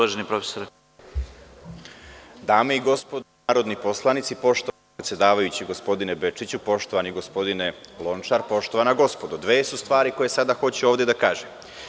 Dame i gospodo narodni poslanici, poštovani predsedavajući gospodine Bečiću, poštovani gospodine Lončar, poštovana gospodo, dve su stvari koje sada hoću ovde da kažem.